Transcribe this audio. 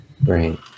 Right